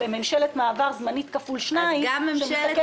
וממשלת מעבר זמנית כפול שניים --- את יודעת,